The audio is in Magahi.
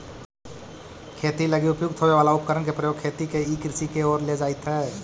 खेती लगी उपयुक्त होवे वाला उपकरण के प्रयोग खेती के ई कृषि के ओर ले जाइत हइ